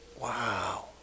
Wow